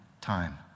time